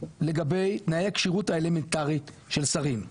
לגבי תנאי כשירות האלמנטרית של שרים,